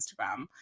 Instagram